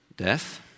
death